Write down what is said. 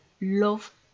love